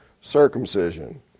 circumcision